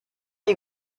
you